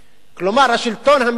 כלומר השלטון המקומי